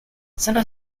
sono